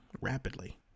rapidly